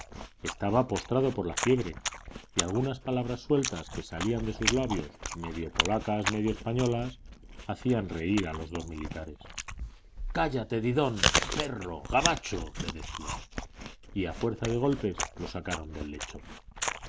estaba postrado por la fiebre y algunas palabras sueltas que salían de sus labios medio polacas medio españolas hacían reír a los dos militares cállate didon perro gabacho le decían y a fuerza de golpes lo sacaron del lecho